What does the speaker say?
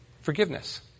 forgiveness